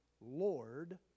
Lord